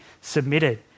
submitted